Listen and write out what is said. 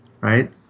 right